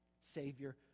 Savior